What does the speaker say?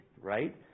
right